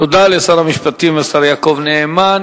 תודה לשר המשפטים, השר יעקב נאמן.